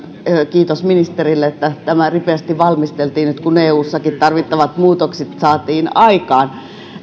kiitos ministerille että tämä ripeästi valmisteltiin nyt kun eussakin tarvittavat muutokset saatiin aikaan